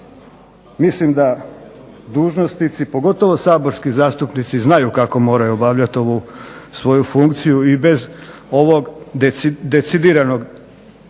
Mislim da dužnosnici, pogotovo saborski zastupnici znaju kako moraju obavljati ovu svoju funkciju i bez ovog decidiranog navođenja